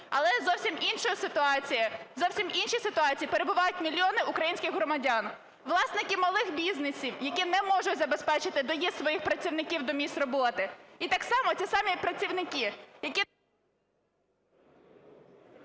але в зовсім іншій ситуації перебувають мільйони українських громадян, власники малих бізнесів, які не можуть забезпечити доїзд своїх працівників до місць роботи, і так само ці самі працівники, які…